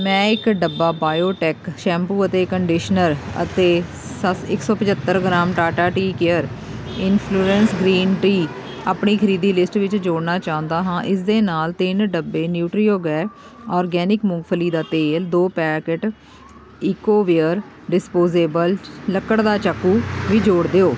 ਮੈਂ ਇੱਕ ਡੱਬਾ ਬਾਇਓਟੈਕ ਸ਼ੈਂਪੂ ਅਤੇ ਕੰਡੀਸ਼ਨਰ ਅਤੇ ਸੱਤ ਇੱਕ ਸੌ ਪਚੱਤਰ gram Tata tea care influence green tea ਆਪਣੀ ਖਰੀਦੀ ਲਿਸਟ ਵਿੱਚ ਜੋੜਨਾ ਚਾਹੁੰਦਾ ਹਾਂ ਇਸ ਦੇ ਨਾਲ਼ ਤਿੰਨ ਡੱਬੇ ਨਿਊਟਰੀਓਗੈ ਔਰਗੈਨਿਕ ਮੂੰਗਫਲੀ ਦਾ ਤੇਲ ਦੋ ਪੈਕਟ ਈਕੋਵੇਅਰ ਡਿਸਪੋਜ਼ੇਬਲ ਲੱਕੜ ਦਾ ਚਾਕੂ ਵੀ ਜੋੜ ਦਿਓ